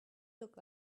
look